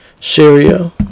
Syria